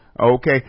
okay